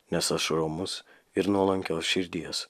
nes aš romus ir nuolankios širdies